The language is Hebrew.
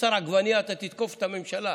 וכשתחסר עגבנייה אתה תתקוף את הממשלה,